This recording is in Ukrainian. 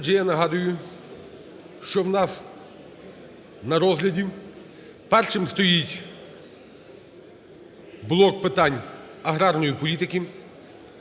Отже, я нагадую, що в нас на розгляді першим стоїть блок питань аграрної політики.